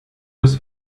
was